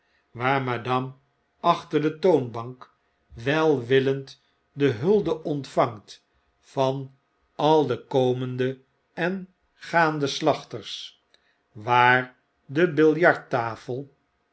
waar madame achter de toonbank welwillend de hulde ontvangt van al de komende en gaande slachters waar de